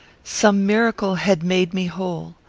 some miracle had made me whole.